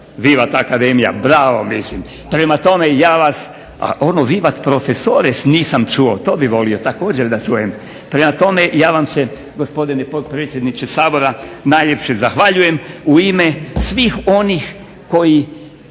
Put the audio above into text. Vivat Akademija! Bravo, mislim. Prema tome, ja vas, a ono vivat profesores nisam čuo, to bih volio također da čujem. Prema tome, ja vam se gospodine potpredsjedniče Sabora najljepše zahvaljujem u ime svih onih koji